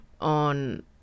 on